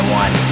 one